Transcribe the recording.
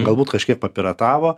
galbūt kažkiek papiratavo